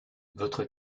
votre